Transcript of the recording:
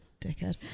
dickhead